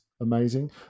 amazing